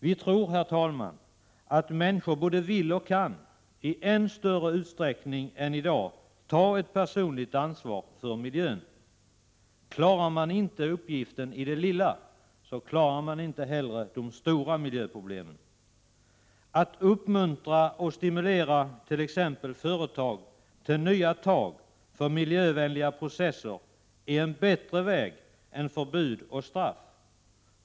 Vi tror, herr talman, att människor både vill och kan, i än större utsträckning än i dag, ta ett personligt ansvar för miljön. Klarar man inte uppgiften i det lilla så klarar man inte heller de stora miljöproblemen. Att uppmuntra och stimulera t.ex. företag till nya tag för miljövänliga processer är en bättre väg än förbud och ”straff”.